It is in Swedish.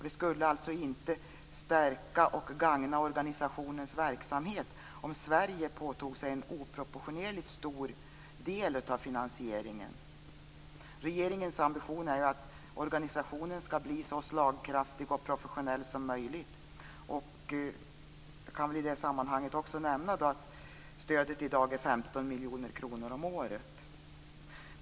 Det skulle inte stärka och gagna organisationens verksamhet om Sverige tog på sig en oproportionerligt stor del av finansieringen. Regeringens ambition är att organisationen skall bli så slagkraftig och professionell som möjligt. Stödet i dag är 15 miljoner kronor om året.